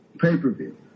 pay-per-view